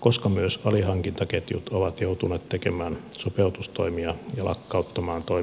koska myös alihankintaketjut ovat joutuneet tekemään sopeutustoimia ja lakkauttamaan toimintaansa